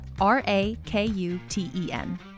R-A-K-U-T-E-N